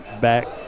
back